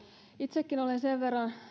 itsekin olen sen verran